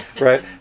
right